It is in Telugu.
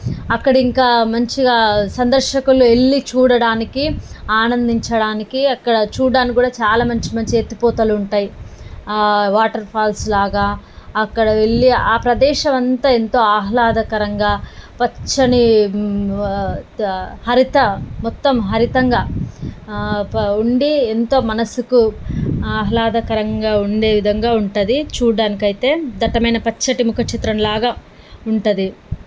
అక్కడ ఇంకా మంచిగా సందర్శకులు వెళ్ళి చూడడానికి ఆనందించడానికి అక్కడ చూడడానికి కూడా చాలా మంచి మంచి ఎత్తిపోతలు ఉంటాయి వాటర్ఫాల్స్ లాగా అక్కడ వెళ్ళి ఆ ప్రదేశం అంతా ఎంతో ఆహ్లాదకరంగా పచ్చని హరిత మొత్తం హరితంగా ఉండి ఎంతో మనసుకు ఆహ్లాదకరంగా ఉండే విధంగా ఉంటుంది చూడటానికైతే దట్టమైన పచ్చని ముఖ చిత్రంలాగా ఉంటుంది